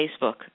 Facebook